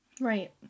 Right